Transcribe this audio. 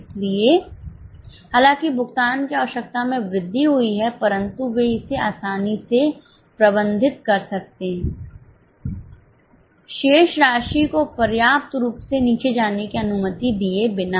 इसलिए हालांकि भुगतान की आवश्यकता में वृद्धि हुई है परंतु वे इसे आसानी से प्रबंधित कर सकते हैं शेष राशि को पर्याप्त रूप से नीचे जाने की अनुमति दिए बिना